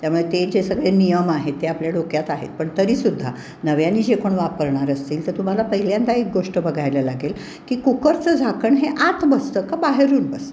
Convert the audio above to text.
त्यामुळे ते जे सगळे नियम आहेत ते आपल्या डोक्यात आहेत पण तरीसुद्धा नव्याने जे कोण वापरणार असतील तर तुम्हाला पहिल्यांदा एक गोष्ट बघायला लागेल की कुकरचं झाकण हे आत बसतं का बाहेरून बसतं